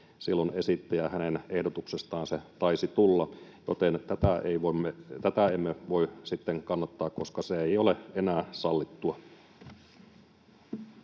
silloin esitti, ja hänen ehdotuksestaan se taisi tulla. Joten tätä emme voi kannattaa, koska se ei ole enää sallittua.